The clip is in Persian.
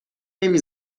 نمی